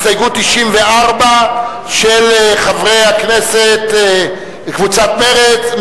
הסתייגות 94 של קבוצת מרצ,